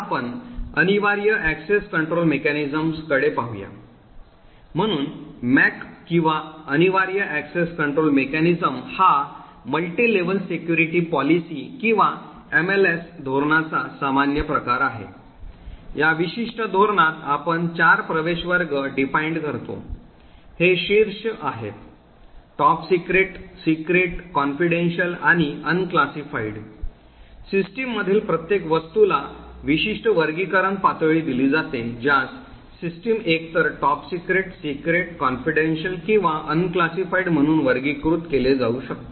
आपण आता अनिवार्य access control mechanism कडे पाहूया म्हणून MAC किंवा अनिवार्य access control mechanism हा बहु स्तरीय सुरक्षा धोरण किंवा MLS धोरणाचा सामान्य प्रकार आहे या विशिष्ट धोरणात आपण चार प्रवेश वर्ग परिभाषित करतो हे शीर्ष आहेत top secret secret confidential आणि unclassified सिस्टममधील प्रत्येक वस्तूला विशिष्ट वर्गीकरण पातळी दिली जाते ज्यास सिस्टम एकतर top secret secret confidential किंवा unclassified म्हणून वर्गीकृत केले जाऊ शकते